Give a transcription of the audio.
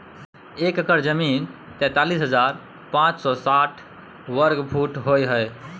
एक एकड़ जमीन तैंतालीस हजार पांच सौ साठ वर्ग फुट होय हय